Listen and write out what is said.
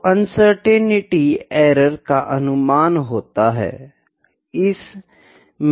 तो uncertainty error का अनुमान होता है